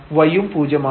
y ഉം പൂജ്യമാണ്